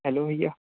hello भैया